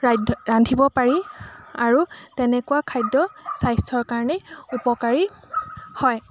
ৰান্ধ ৰান্ধিব পাৰি আৰু তেনেকুৱা খাদ্য স্বাস্থ্যৰ কাৰণে উপকাৰী হয়